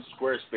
Squarespace